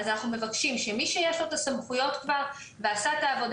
אז אנחנו מבקשים שמי שיש לו את הסמכויות כבר ועשה את העבודה,